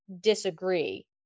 disagree